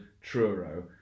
Truro